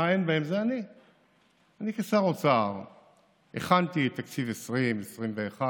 כשר האוצר הכנתי את תקציב 2021-2020,